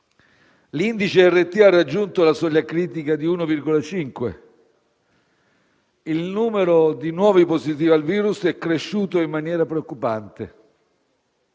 L'indice RT ha raggiunto la soglia critica di 1,5 e il numero di nuovi positivi al virus è cresciuto in maniera preoccupante.